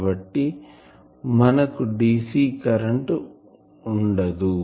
కాబట్టి మనకు dc current ఉండదు